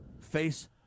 face